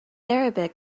arabic